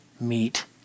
meet